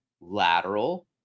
lateral